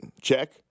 check